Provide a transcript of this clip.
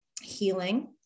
healing